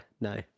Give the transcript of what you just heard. no